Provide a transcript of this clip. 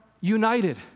united